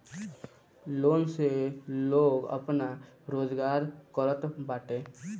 loan से लोग आपन रोजगार करत बाटे